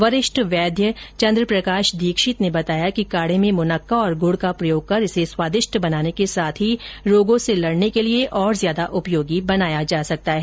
वरिष्ठ वैद्य चंद्रप्रकाश दीक्षित ने बताया कि काढे में मुनक्का और गुड़ का प्रयोग कर इसे स्वादिष्ट बनाने के साथ ही रोगों से लड़ने के लिए और ज्यादा उपयोगी बनाया जा सकता है